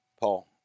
Paul